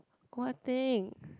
what thing